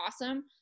awesome